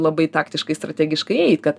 labai taktiškai strategiškai eit kad